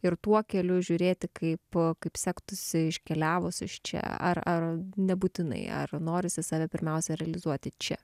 ir tuo keliu žiūrėti kaip kaip sektųsi iškeliavus iš čia ar ar nebūtinai ar norisi save pirmiausia realizuoti čia